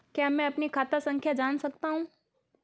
क्या मैं अपनी खाता संख्या जान सकता हूँ?